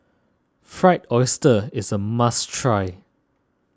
Fried Oyster is a must try